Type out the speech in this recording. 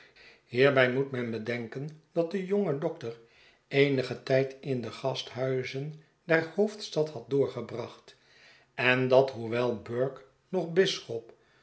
hierbij moet men bedenken dat de jonge dokter eenigen tijd in de gasthuizen der hoofdstad had doorgebracht en dat hoewel burke noch bishop